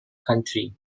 country